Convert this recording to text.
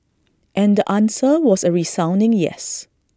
and the answer was A resounding yes